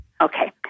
Okay